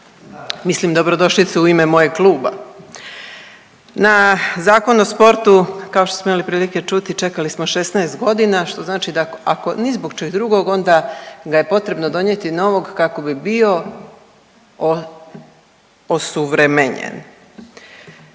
mislim dobrodošlicu u ime mojeg kluba. Na Zakon o sportu kao što smo imali prilike čuti čekali smo 16 godina što znači da ako ni zbog čega drugog onda ga je potrebno donijeti novog kako bi bio osuvremenjen.